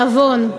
לעוון.